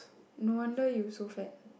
no wonder you so fat